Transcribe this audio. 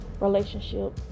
relationship